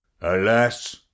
Alas